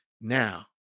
Now